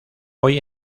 hoy